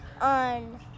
On